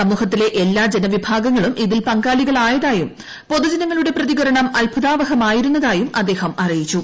സമൂഹത്തിലെ എല്ലാ ജനവിഭാഗങ്ങളും ഇതിൽ പങ്കാളികളായതായും പൊതുജനങ്ങളുടെ പ്രതികരണം അത്ഭുതാവഹമായിരുന്നതായും അദ്ദേഹം അറിയിച്ചു